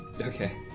Okay